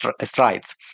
strides